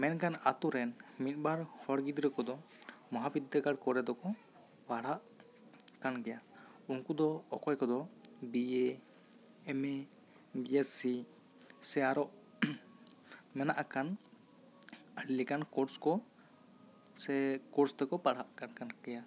ᱢᱮᱱᱠᱷᱟᱱ ᱟᱹᱛᱩ ᱨᱮᱱ ᱢᱤᱫ ᱵᱟᱨ ᱦᱚᱲ ᱜᱤᱫᱽᱨᱟᱹ ᱠᱚᱫᱚ ᱢᱚᱦᱟ ᱵᱤᱫᱫᱟᱹᱜᱟᱲ ᱠᱚᱨᱮ ᱫᱚᱠᱚ ᱯᱟᱲᱦᱟᱜ ᱠᱟᱱ ᱜᱮᱭᱟ ᱩᱱᱠᱩ ᱫᱚ ᱚᱠᱚᱭ ᱠᱚᱫᱚ B A M A B S C ᱥᱮ ᱟᱨᱚ ᱢᱮᱱᱟᱜ ᱟᱠᱟᱱ ᱟᱹᱰᱤ ᱞᱮᱠᱟᱱ ᱠᱳᱨᱥ ᱠᱚ ᱥᱮ ᱠᱳᱨᱥ ᱛᱮᱠᱚ ᱯᱟᱲᱦᱟᱜ ᱠᱟᱱ ᱠᱟᱱ ᱜᱮᱭᱟ